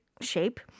shape